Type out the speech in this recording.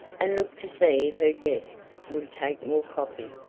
and looked to see if her guests would take more coffee.